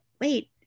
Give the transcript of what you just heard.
wait